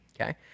okay